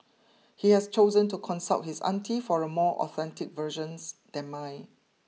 he has chosen to consult his auntie for a more authentic versions than mine